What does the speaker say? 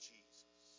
Jesus